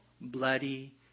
bloody